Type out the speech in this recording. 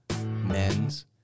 Men's